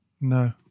No